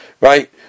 right